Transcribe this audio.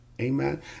Amen